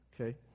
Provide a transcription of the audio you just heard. Okay